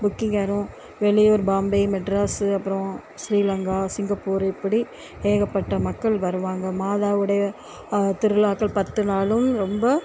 booking ஆயிரும் வெளியூர் பாம்பே மெட்ராஸு அப்புறம் ஸ்ரீலங்கா சிங்கப்பூரு இப்படி ஏகப்பட்ட மக்கள் வருவாங்க மாதாவுடைய திருவிழாக்கள் பத்துநாளும் ரொம்ப